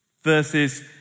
Verses